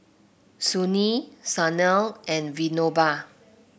Sunil Sanal and Vinoba